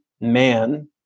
man